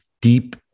deep